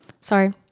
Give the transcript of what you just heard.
sorry